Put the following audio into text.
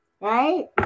Right